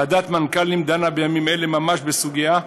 ועדת מנכ"לים דנה בימים אלה ממש בסוגיה,